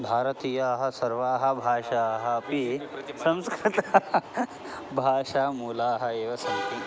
भारतीयाः सर्वाः भाषाः अपि संस्कृतस्य भाषामूलाः एव सन्ति